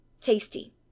tasty